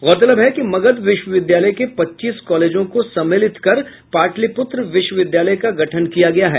गौरतलब है कि मगध विश्वविद्यालय के पच्चीस कॉलेजों को सम्मिलित कर पाटलिपुत्र विश्वविद्यालय का गठन किया गया है